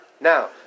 Now